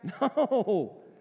No